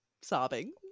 sobbing